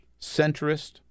centrist